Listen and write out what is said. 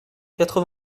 quatre